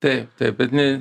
taip taip bet ne